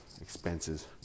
expenses